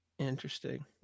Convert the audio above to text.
Interesting